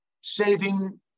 saving